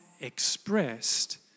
expressed